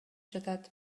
жатат